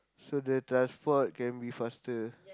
so the transport can be faster